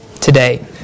today